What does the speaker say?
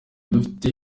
dufite